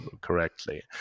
correctly